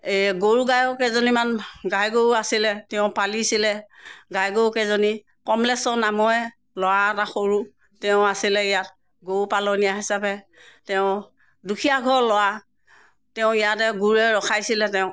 এই গৰু গায়ো কেইজনীমান গাই গৰু আছিলে তেওঁ পালিছিলে গাই গৰুকেইজনী কমলেশ্বৰ নামৰে ল'ৰা এটা সৰু তেওঁ আছিলে ইয়াত গৰু পালনীয়া হিচাপে তেওঁ দুখীয়া ঘৰৰ ল'ৰা তেওঁ ইয়াতে গুৰুৱে ৰখাইছিলে তেওঁক